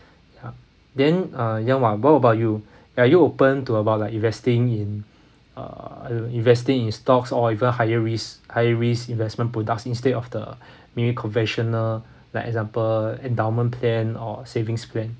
ya then uh yen wang what about you are you open to about like investing in uh in~ investing in stocks or even higher risk high risk investment products instead of the many conventional like example endowment plan or savings plan